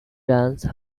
dance